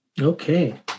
Okay